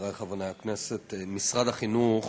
חברי חברי הכנסת, משרד החינוך